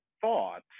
thoughts